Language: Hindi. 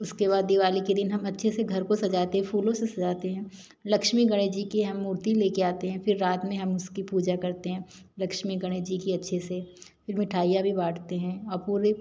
उसके बाद दिवाली के दिन हम अच्छे से घर को सजाते फूलों से सजाते हैं लक्ष्मी गणेश जी की हम मूर्ति लेके आते हैं फिर रात में हम उसकी पूजा करते हैं लक्ष्मी गणेश जी की अच्छे से फिर मिठाइयाँ भी बाँटते हैं और पूरा